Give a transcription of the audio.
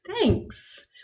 thanks